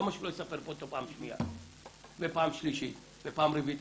למה שלא יספר אותו פעם שנייה ופעם שלישית ופעם רביעית?